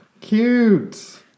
Cute